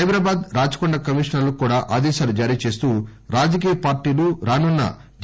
సైబరాబాద్ రాచకొండ కమీషనర్లు కూడా ఆదేశాలను జారీ చేస్తూ రాజకీయ పార్టీలు రానున్న జి